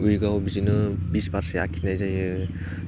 उइकआव बिदिनो बिसबारसो आखिनाय जायो